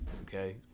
Okay